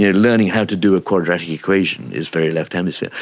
yeah learning how to do a quadratic equation is very left hemisphere,